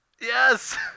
Yes